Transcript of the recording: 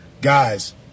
guys